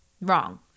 Wrong